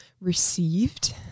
received